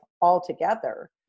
altogether